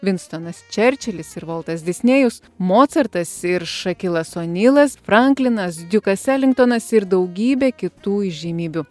vinstonas čerčilis ir voltas disnėjus mocartas ir šakilas onilas franklinas diukas elingtonas ir daugybė kitų įžymybių